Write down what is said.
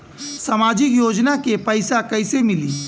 सामाजिक योजना के पैसा कइसे मिली?